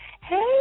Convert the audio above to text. Hey